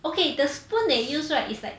okay the spoon they use right is like